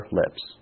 lips